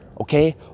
okay